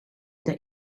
that